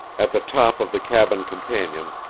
at the top of the cabin companion,